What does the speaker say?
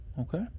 Okay